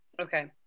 Okay